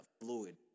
fluid